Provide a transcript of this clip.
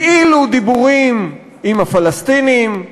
כאילו דיבורים עם הפלסטינים,